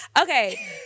Okay